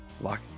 Lock